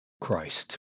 Christ